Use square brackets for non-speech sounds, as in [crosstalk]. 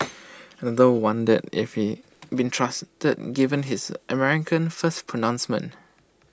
[noise] another wondered if he be trusted given his America First pronouncements